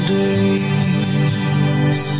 days